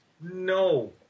No